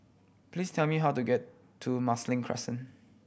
please tell me how to get to Marsiling Crescent